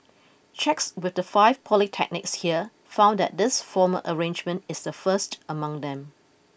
checks with the five polytechnics here found that this formal arrangement is the first among them